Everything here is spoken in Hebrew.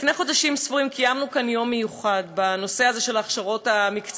לפני כמה חודשים קיימנו כאן בכנסת יום מיוחד בנושא ההכשרות המקצועיות,